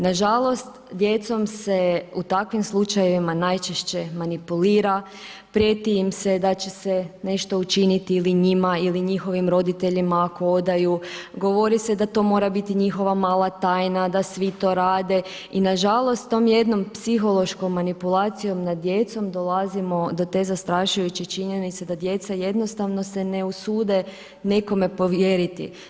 Nažalost, djecom se u takvim slučajevima najčešće manipulira, prijeti im se da će se nešto učiniti ili njima ili njihovim roditeljima ako odaju, govori se da to mora biti njihova mala tajna, da svi to rade i nažalost tom jednom psihološkom manipulacijom nad djecom dolazimo do te zastrašujuće činjenice da djeca jednostavno se ne usude nekome povjeriti.